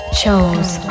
chose